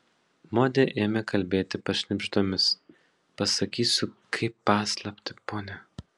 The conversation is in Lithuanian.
modė ėmė kalbėti pašnibždomis pasakysiu kaip paslaptį pone